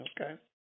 Okay